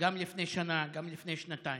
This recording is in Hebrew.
גם לפני שנה, גם לפני שנתיים.